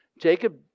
Jacob